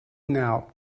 now